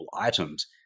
items